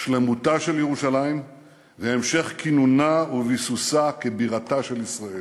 שלמותה של ירושלים והמשך כינונה וביסוסה כבירתה של ישראל.